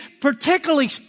particularly